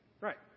Right